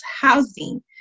housing